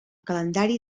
calendari